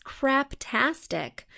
craptastic